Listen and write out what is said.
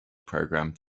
commands